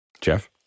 Jeff